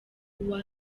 uwa